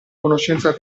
conoscenza